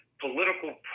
political